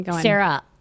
Sarah